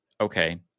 okay